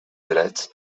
drets